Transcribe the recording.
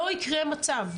לא יקרה מצב,